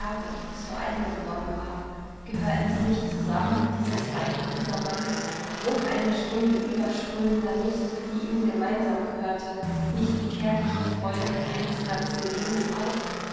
zu eigen geworden war gehörten sie nicht zusammen dieses weib und dieser mann wog eine stunde überströmender lust die ihnen gemeinsam gehörte nicht die kärglichen freuden eines ganzen lebens auf